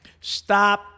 Stop